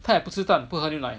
她也不吃蛋不喝牛奶